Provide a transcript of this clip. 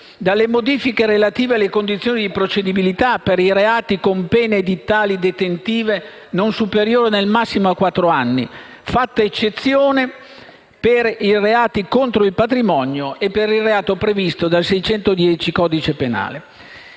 dalle modifiche relative alle condizioni di improcedibilità per i reati con pene edittali detentive non superiori nel massimo a quattro anni (fatta eccezione per i reati contro il patrimonio e per il reato previsto dall'articolo